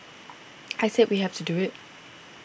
I said we have to do it